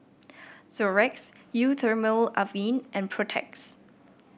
Xorex Eau Thermale Avene and Protex